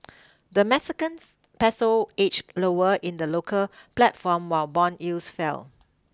the Mexican peso inched lower in the local platform while bond yields fell